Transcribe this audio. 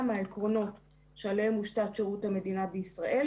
מהעקרונות שעליהם מושתת שירות המדינה בישראל,